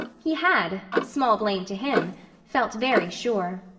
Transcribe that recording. he had small blame to him felt very sure.